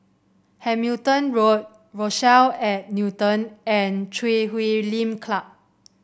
Hamilton Road Rochelle at Newton and Chui Huay Lim Club